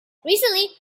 recently